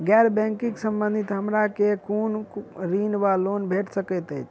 गैर बैंकिंग संबंधित हमरा केँ कुन ऋण वा लोन भेट सकैत अछि?